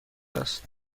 است